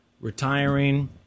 retiring